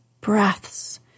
breaths